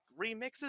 remixes